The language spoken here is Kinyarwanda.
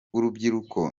urubyiruko